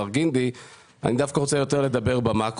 מר גינדי; אני רוצה דווקא לדבר יותר במאקרו.